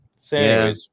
say